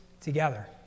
together